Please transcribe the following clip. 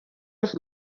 los